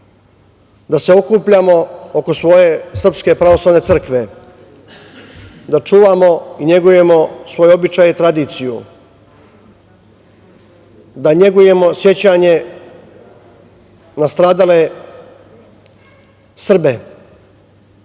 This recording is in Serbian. da se okupljamo oko svoje Srpske pravoslavne crkve, da čuvamo i negujemo svoje običaje i tradiciju, da negujemo sećanje na stradale Srbe,